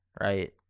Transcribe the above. right